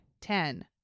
Ten